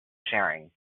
sharing